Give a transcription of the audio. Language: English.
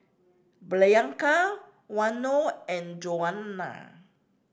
Blanca Waino and Joana